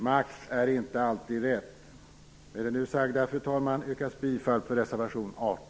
Makt är inte alltid rätt.